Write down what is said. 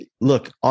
Look